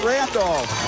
Randolph